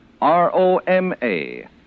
R-O-M-A